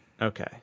okay